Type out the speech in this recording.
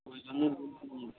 ওই জন্যই বলছি বলুন